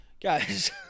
guys